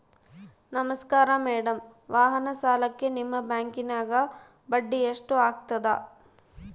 ನಮಸ್ಕಾರ ಮೇಡಂ ವಾಹನ ಸಾಲಕ್ಕೆ ನಿಮ್ಮ ಬ್ಯಾಂಕಿನ್ಯಾಗ ಬಡ್ಡಿ ಎಷ್ಟು ಆಗ್ತದ?